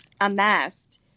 amassed